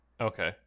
Okay